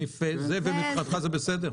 מבחינתך זה בסדר?